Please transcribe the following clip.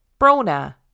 Brona